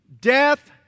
Death